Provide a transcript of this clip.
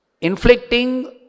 inflicting